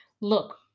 Look